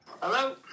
Hello